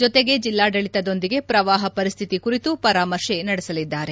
ಜೊತೆಗೆ ಜಿಲ್ಲಾಡಳಿತದೊಂದಿಗೆ ಪ್ರವಾಹ ಪರಿಸ್ಥಿತಿ ಕುರಿತು ಪರಾಮರ್ಶೆ ನಡೆಸಲಿದ್ದಾರೆ